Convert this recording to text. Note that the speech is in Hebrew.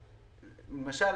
למשל,